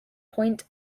point